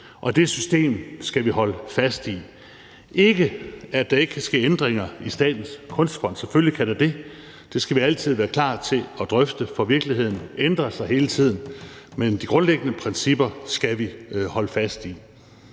Det system skal vi holde fast i – ikke at der ikke kan ske ændringer i Statens Kunstfond; selvfølgelig kan der det. Det skal vi altid være klar til at drøfte, for virkeligheden ændrer sig hele tiden, men de grundlæggende principper skal vi holde fast i.